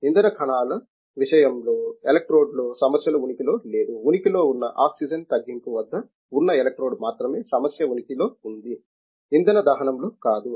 ఇంధన కణాల విషయంలో ఎలక్ట్రోడ్ లో సమస్యలు ఉనికిలో లేదు ఉనికిలో ఉన్న ఆక్సిజన్ తగ్గింపు వద్ధ ఉన్నా ఎలక్ట్రోడ్ మాత్రమే సమస్య ఉనికిలో ఉంది ఇంధన దహనంలో కాదు